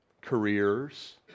Careers